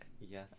Yes